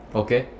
okay